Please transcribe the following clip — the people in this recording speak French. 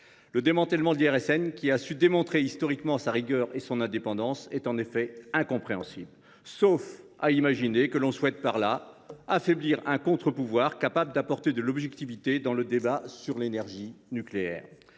Le démantèlement de l’IRSN, qui a su démontrer historiquement sa rigueur et son indépendance, est en effet incompréhensible, sauf à imaginer que l’on souhaite ainsi affaiblir un contre pouvoir, capable d’apporter de l’objectivité dans le débat sur l’énergie nucléaire.